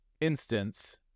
instance